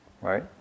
Right